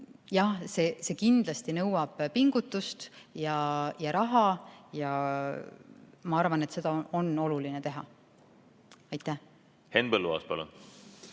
see kindlasti nõuab pingutust ja raha, ja ma arvan, et seda on oluline teha. Aitäh!